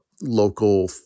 local